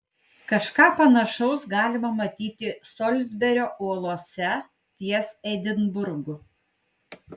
kažką panašaus galima matyti solsberio uolose ties edinburgu